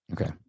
Okay